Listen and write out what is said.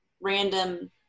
random